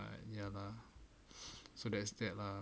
ah ya lah so that's that lah